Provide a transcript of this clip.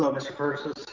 persis.